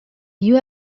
you